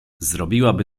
zrobiłaby